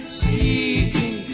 seeking